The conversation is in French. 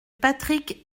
patrick